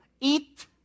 eat